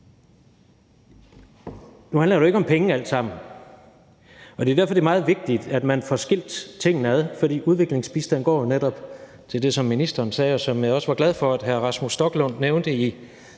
Nu handler det jo ikke alt sammen om penge, og det er derfor, det er meget vigtigt, at man får skilt tingene ad, for udviklingsbistanden går jo netop til det, som ministeren sagde, og som jeg også var glad for at hr. Rasmus Stoklund nævnte i